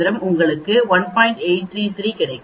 833 கிடைக்கும்